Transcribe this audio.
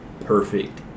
perfect